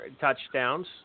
touchdowns